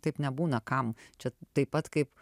taip nebūna kam čia taip pat kaip